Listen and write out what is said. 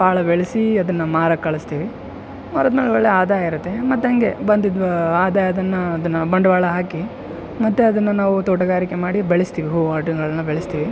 ಭಾಳ ಬೆಳೆಸಿ ಅದನ್ನ ಮಾರಾಕೆ ಕಳಸ್ತೀವಿ ಮಾರಾದ ಮೇಲೆ ಒಳ್ಳೆಯ ಆದಾಯಯಿರತ್ತೆ ಮತ್ತು ಹಾಗೆ ಬಂದಿದ್ದು ಆದಾಯ ಅದನ್ನ ಅದನ್ನ ಬಂಡವಾಳ ಹಾಕಿ ಮತ್ತೆ ಅದನ್ನ ನಾವು ತೋಟಗಾರಿಕೆ ಮಾಡಿ ಬೆಳೆಸ್ತೀವಿ ಹೂ ಹಣ್ಣುಗಳನ್ನ ಬೆಳೆಸ್ತೀವಿ